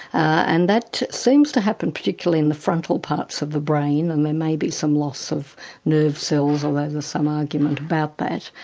and that seems to happen particularly in the frontal parts of the brain and there may be some loss of nerve cells, although there's some argument about that.